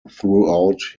throughout